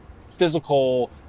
physical